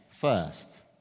first